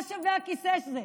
מה שווה הכיסא הזה?